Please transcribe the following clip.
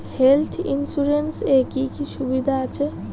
Health insurance এ কি কি সুবিধা আছে?